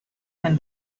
men